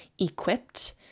equipped